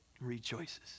rejoices